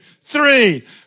three